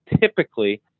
typically